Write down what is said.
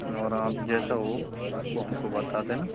और आप जैसा हो उसको हमको बता देना